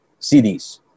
CDs